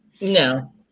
No